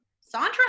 Sandra